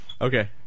Okay